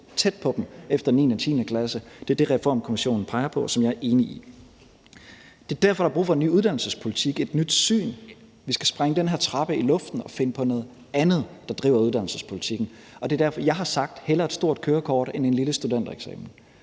tæt på sig efter 9. og 10. klasse. Det er det, Reformkommissionen peger på, og som jeg er enig i. Det er derfor, at der er brug for en ny uddannelsespolitik, et nyt syn på den. Vi skal sprænge den her trappe i luften og finde på noget andet, der driver uddannelsespolitikken. Og det er derfor, jeg har sagt: Hellere et stort kørekort end en lille studentereksamen.